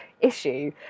issue